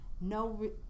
no